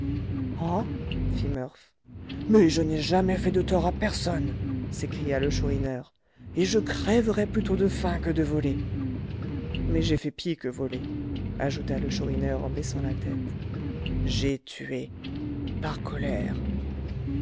fit murph mais je n'ai jamais fait de tort à personne s'écria le chourineur et je crèverais plutôt de faim que de voler mais j'ai fait pis que voler ajouta le chourineur en baissant la tête j'ai tué par colère